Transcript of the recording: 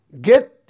Get